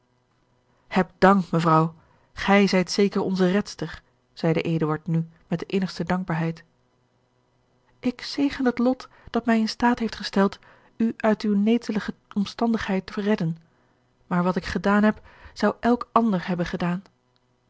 heb dank mevrouw gij zijt zeker onze redster zeide eduard nu met de innigste dankbaarheid ik zegen het lot dat mij in staat heeft gesteld u uit uwe netelige omstandigheid te redden maar wat ik gedaan heb zou elk ander hebben gedaan